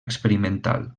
experimental